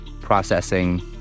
processing